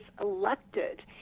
elected